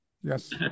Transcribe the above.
Yes